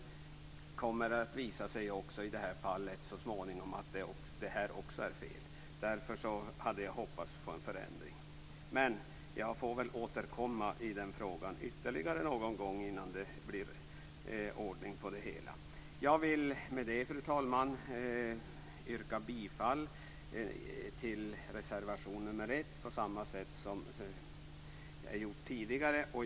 Det kommer så småningom att visa sig att det här också är fel. Därför hade jag hoppats på en förändring, men jag får återkomma till den frågan ytterligare någon gång innan det blir ordning på det hela. Jag vill med det här, fru talman, yrka bifall till reservation nr 1 på samma sätt som jag har gjort tidigare.